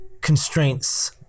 constraints